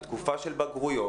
בתקופה של בגרויות.